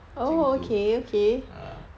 macam gitu ah